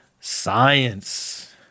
Science